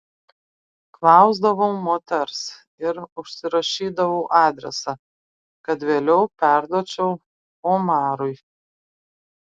klausdavau moters ir užsirašydavau adresą kad vėliau perduočiau omarui